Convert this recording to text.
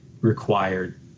required